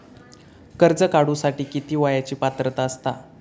कर्ज काढूसाठी किती वयाची पात्रता असता?